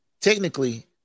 Technically